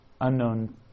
unknown